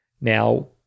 now